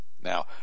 Now